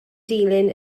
dilyn